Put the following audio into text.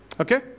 Okay